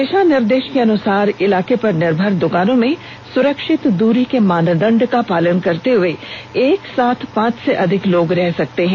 दिशा निर्देश के अनुसार इलाके पर निर्भर दुकानों में सुरक्षित दूरी के मानदंड का पालन करते हुए एक साथ पाँच से अधिक लोग रह सकते हैं